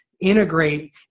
integrate